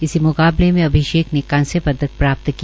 इसी मुकाबले में अभिषेक ने कांस्य पदक प्राप्त किया